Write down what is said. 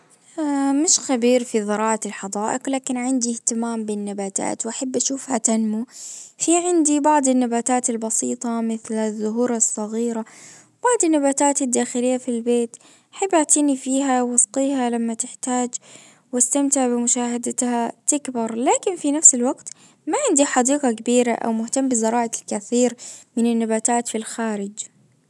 مش خبير في زراعة الحدائق لكن عندي اهتمام بالنباتات واحب اشوفها تنمو في عندي بعض النباتات البسيطة مثل الزهور الصغيرة. وبعض النباتات الداخلية في البيت أحب أعتني فيها واسقيها لما تحتاج. واستمتع بمشاهدتها تكبر. لكن في نفس الوقت ما عندي حديقة كبيرة او مهتم بزراعة الكثير من النباتات في الخارج